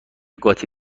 قاطی